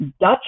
Dutch